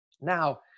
Now